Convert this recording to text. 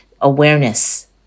awareness